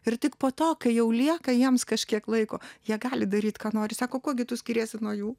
ir tik po to kai jau lieka jiems kažkiek laiko jie gali daryt ką nori sako kuo gi tu skiriesi nuo jų